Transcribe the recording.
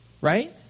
right